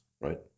right